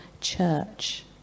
church